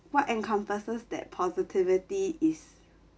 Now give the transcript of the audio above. what encompasses that positivity is